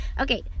okay